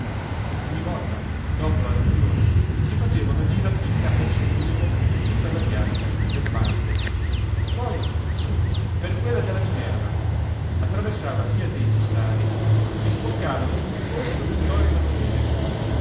ogni volta dopo la lezione si faceva una giratina per sollievo giú per la piazza del pantheon poi su per quella della minerva attraversava via dei cestari e sboccava sul corso vittorio emanuele